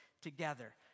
together